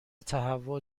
تهوع